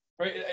Right